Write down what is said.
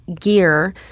gear